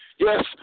Yes